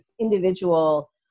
individual